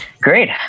Great